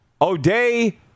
O'Day